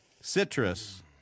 citrus